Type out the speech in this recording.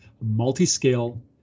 multi-scale